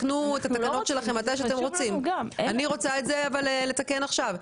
תקנו מתי שאתם רוצים אבל אני רוצה לתקן עכשיו.